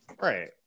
Right